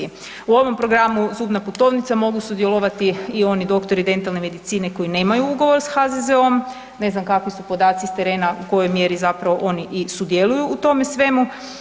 U ovom programu „zubna putovnica“ mogu sudjelovati i oni doktori dentalne medicine koji nemaju ugovor s HZZO-om, ne znam kakvi su podaci s terena, u kojoj mjeri zapravo oni i sudjeluju u tome svemu.